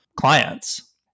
clients